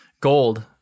Gold